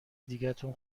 دیگتون